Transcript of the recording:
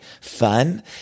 fun